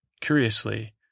Curiously